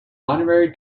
honorary